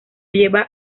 lleva